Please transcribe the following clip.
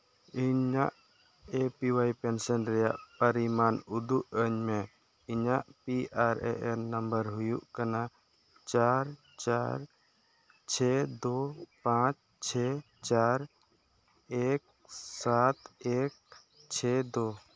ᱤᱧᱟᱹᱜ A P Y pension ᱨᱮᱭᱟᱜ ᱯᱚᱨᱤᱢᱟᱱ ᱩᱫᱩᱜᱼᱟᱹᱧ ᱢᱮ ᱤᱧᱟᱹᱜ P R A N number ᱦᱩᱭᱩᱜ ᱠᱟᱱᱟ ᱪᱟᱨ ᱪᱟᱨ ᱪᱷᱮ ᱫᱳ ᱯᱟᱸᱪ ᱪᱷᱮ ᱪᱟᱨ ᱮᱹᱠ ᱥᱟᱛ ᱮᱹᱠ ᱪᱷᱮ ᱫᱳ